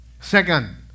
second